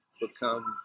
become